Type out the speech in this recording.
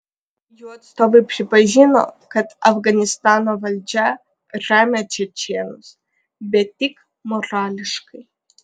jų atstovai pripažino kad afganistano valdžia remia čečėnus bet tik morališkai